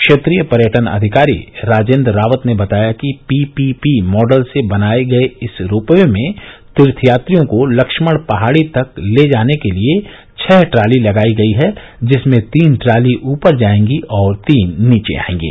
क्षेत्रीय पर्यटन अधिकारी राजेन्द्र रावत ने बताया कि पीपीपी मॉडल से बनाये गये इस रोप वे में तीर्थयात्रियों को लक्षण पहाड़ी तक ले जाने के लिए छह ट्राली लगाई गई हैं जिसमें तीन ट्राली ऊपर जाएंगी और तीन नीचे आएंगी